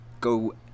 go